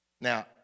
Now